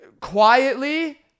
quietly